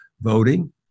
voting